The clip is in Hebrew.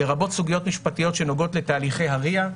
לרבות סוגיות משפטיות שנוגעות לתהליכי ה-RIA,